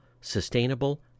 sustainable